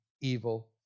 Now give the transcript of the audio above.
evil